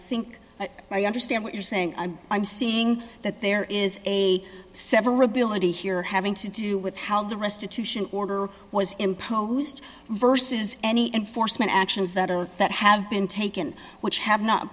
honor i think i understand what you're saying i'm seeing that there is a severability here having to do with how the restitution order was imposed versus any enforcement actions that are that have been taken which have not